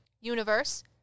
universe